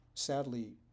sadly